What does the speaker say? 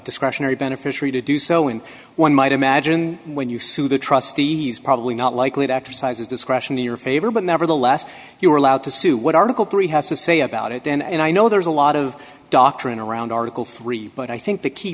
discretionary beneficiary to do so and one might imagine when you sue the trustee he's probably not likely to exercise his discretion in your favor but nevertheless you are allowed to sue what article three has to say about it and i know there's a lot of doctrine around article three but i think the key